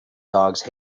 dogs